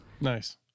Nice